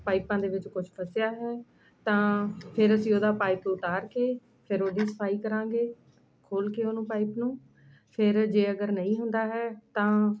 ਪਾਈਪਾਂ ਦੇ ਵਿੱਚ ਕੁਛ ਫਸਿਆ ਹੈ ਤਾਂ ਫਿਰ ਅਸੀਂ ਉਹਦਾ ਪਾਈਪ ਉਤਾਰ ਕੇ ਫਿਰ ਉਹਦੀ ਸਫਾਈ ਕਰਾਂਗੇ ਖੋਲ੍ਹ ਕੇ ਉਹਨੂੰ ਪਾਈਪ ਨੂੰ ਫਿਰ ਜੇ ਅਗਰ ਨਹੀਂ ਹੁੰਦਾ ਹੈ ਤਾਂ